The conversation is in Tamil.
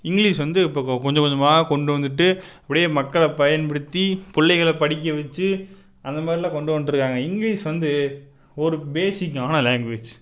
இங்கிலீஷ் வந்து இப்போ கொஞ்சம் கொஞ்சமாக கொண்டு வந்துட்டு அப்படியே மக்களை பயன்படுத்தி புள்ளைகளை படிக்க வச்சு அந்தமாதிரிலாம் கொண்டு வன்ட்ருக்கிறாங்க இங்கிலீஷ் வந்து ஒரு பேஸிக்கான லாங்வேஜ்